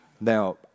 Now